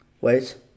Wait